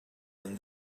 than